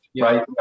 right